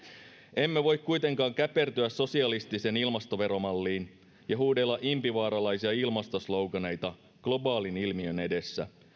emme voi kuitenkaan käpertyä sosialistiseen ilmastoveromalliin ja huudella impivaaralaisia ilmastosloganeita globaalin ilmiön edessä